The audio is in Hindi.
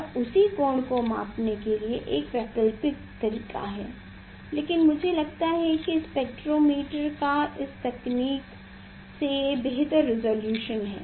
यह उसी कोण को मापने के लिए एक वैकल्पिक तरीका है लेकिन मुझे लगता है कि स्पेक्ट्रोमीटर का इस तकनीक से बेहतर रिज़ॉल्यूशन है